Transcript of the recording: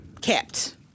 kept